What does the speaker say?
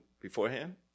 beforehand